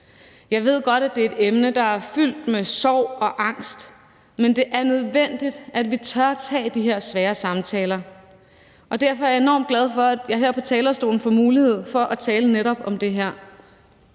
Jeg ved godt, at det er et emne, der er fyldt med sorg og angst, men det er nødvendigt, at vi tør tage de her svære samtaler. Derfor er jeg enormt glad for, at jeg her på talerstolen får mulighed for at tale om netop det her